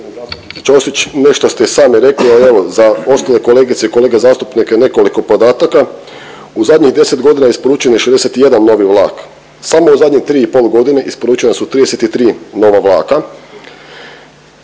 Ćosić, nešto ste sami rekli, al evo za ostale kolegice i kolege zastupnike nekoliko podataka. U zadnjih 10.g. isporučen je 61 novi vlak, samo u zadnje 3 i pol godine isporučena su 33 nova vlaka.